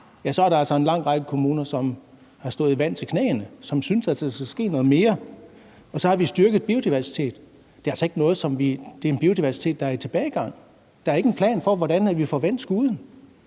så er der en lang række kommuner, som har stået i vand til knæene, og som synes, at der skal ske noget mere. Og hvad angår biodiversiteten, er det altså en biodiversitet, der er i tilbagegang, og der er ikke en plan for, hvordan vi får vendt skuden.